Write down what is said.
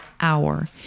hour